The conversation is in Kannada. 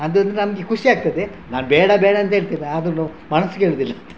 ಅದೊಂದು ನಮಗೆ ಖುಷಿ ಆಗ್ತದೆ ನಾನು ಬೇಡ ಬೇಡ ಅಂತ ಹೇಳ್ತೇನೆ ಆದರೂನೂ ಮನಸ್ಸು ಕೇಳುವುದಿಲ್ಲ